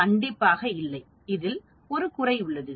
கண்டிப்பாக இல்லை இதில் ஒரு குறை உள்ளது